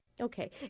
okay